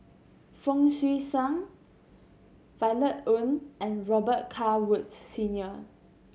Fong Swee Suan Violet Oon and Robet Carr Woods Senior